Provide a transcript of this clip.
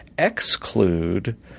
exclude